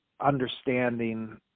understanding